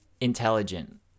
Intelligent